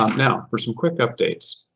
um now for some quick updates,